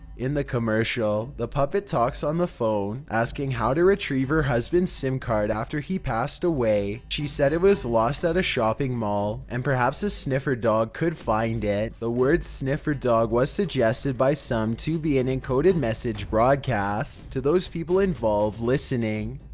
in the commercial, the puppet talks on the phone, asking how to retrieve her husband's sim card after he passed away. she said it was lost at a shopping mall, and perhaps a sniffer dog could find it. the words, sniffer dog, were suggested by some to be an encoded message broadcast to those people involved listening,